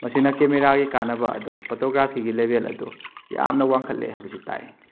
ꯃꯁꯤꯅ ꯀꯦꯃꯦꯔꯥꯒꯤ ꯀꯥꯟꯅꯕ ꯑꯗꯣ ꯐꯣꯇꯣꯒ꯭ꯔꯥꯐꯤꯒꯤ ꯂꯦꯕꯦꯜ ꯑꯗꯣ ꯌꯥꯝꯅ ꯋꯥꯡꯈꯠꯂꯦ ꯍꯥꯏꯕꯁꯤ ꯇꯥꯛꯑꯦ